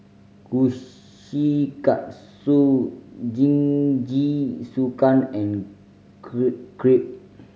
Kushikatsu Jingisukan and Crepe